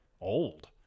old